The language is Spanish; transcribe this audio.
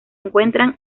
encuentran